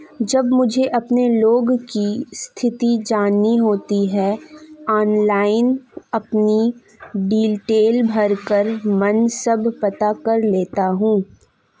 जब मुझे अपने लोन की स्थिति जाननी होती है ऑनलाइन अपनी डिटेल भरकर मन सब पता कर लेता हूँ